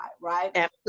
right